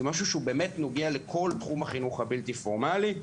זה משהו שנוגע לכל תחום החינוך הבלתי פורמלי.